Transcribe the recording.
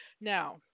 Now